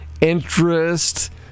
interest